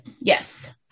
Yes